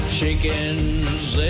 chickens